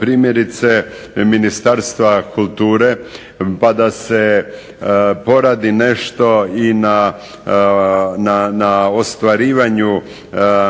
primjerice Ministarstva kulture pa da se poradi nešto i na ostvarivanju